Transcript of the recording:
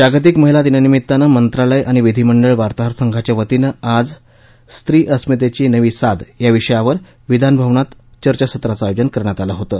जागतिक महिला दिनानिमित्त मंत्रालय आणि विधीमंडळ वार्ताहर संघाच्यावतीनं आज स्त्री अस्मितेची नवी साद या विषयावर विधानभवनात चर्चासत्राचं आयोजन करण्यात आलं होतं